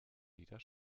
wieder